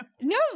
no